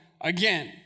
again